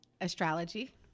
astrology